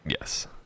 Yes